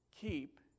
keep